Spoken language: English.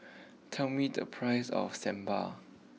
tell me the price of Sambar